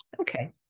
Okay